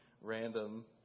random